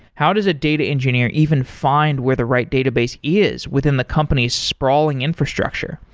how does a data engineer even find where the right database is within the company's sprawling infrastructure,